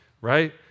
Right